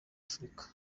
afurika